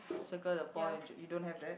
circle the ball and j~ you don't have that